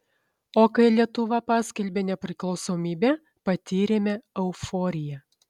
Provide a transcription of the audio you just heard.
o kai lietuva paskelbė nepriklausomybę patyrėme euforiją